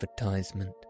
advertisement